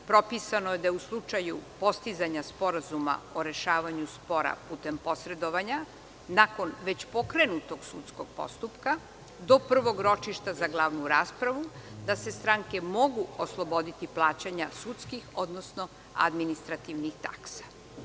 Propisano je da u slučaju postizanja sporazuma o rešavanju spora putem posredovanja nakon već pokrenutog sudskog postupak do prvog ročišta za glavnu raspravu da se stranke mogu osloboditi plaćanja sudskih, odnosno administrativnih taksi.